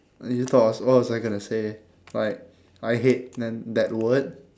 you thought was what was I gonna say like I hate then that word